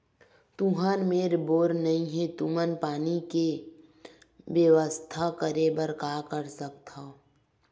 तुहर मेर बोर नइ हे तुमन पानी के बेवस्था करेबर का कर सकथव?